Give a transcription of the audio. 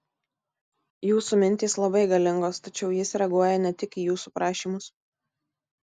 jūsų mintys labai galingos tačiau jis reaguoja ne tik į jūsų prašymus